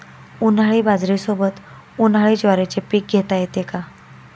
उन्हाळी बाजरीसोबत, उन्हाळी ज्वारीचे पीक घेता येते का?